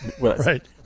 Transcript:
right